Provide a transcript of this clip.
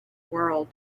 world